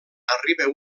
arriba